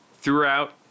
throughout